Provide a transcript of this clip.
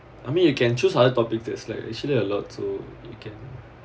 I mean you can choose other topic that's like actually a lot too you can